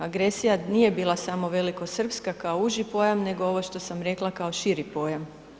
Agresija nije bila samo velikosrpska kao uži pojam nego ovo što sam rekla kao širi pojam.